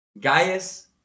Gaius